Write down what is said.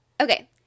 Okay